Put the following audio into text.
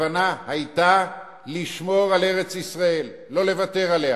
הכוונה היתה לשמור על ארץ-ישראל, לא לוותר עליה,